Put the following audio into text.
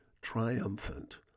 triumphant